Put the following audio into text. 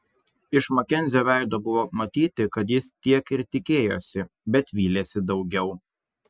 iš makenzio veido buvo matyti kad jis tiek ir tikėjosi bet vylėsi daugiau